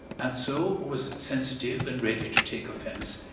and so was sensitive and ready to take offense,